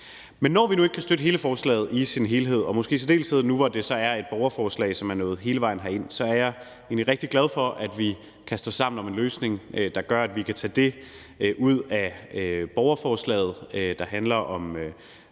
Men når vi nu ikke kan støtte forslaget i sin helhed, og i særdeleshed nu, hvor det er et borgerforslag, som er nået hele vejen herind, er jeg egentlig rigtig glad for, at vi kan stå sammen om en løsning, der gør, at vi kan tage det ud af borgerforslaget, der handler om